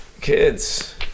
Kids